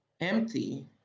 empty